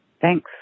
thanks